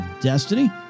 Destiny